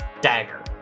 dagger